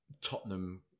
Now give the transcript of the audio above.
Tottenham